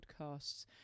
podcasts